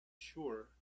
sure